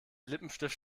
lippenstift